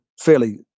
fairly –